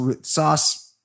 sauce